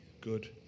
good